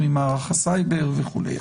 ממערך הסייבר וכולי.